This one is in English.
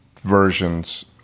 versions